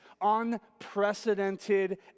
unprecedented